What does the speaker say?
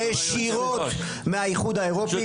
ישירות מהאיחוד האירופי.